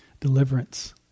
deliverance